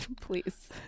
please